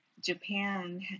Japan